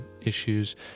issues